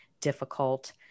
difficult